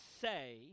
say